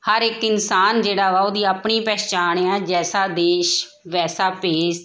ਹਰ ਇੱਕ ਇਨਸਾਨ ਜਿਹੜਾ ਵਾ ਉਹਦੀ ਆਪਣੀ ਪਹਿਚਾਣ ਆ ਜੈਸਾ ਦੇਸ਼ ਵੈਸਾ ਭੇਸ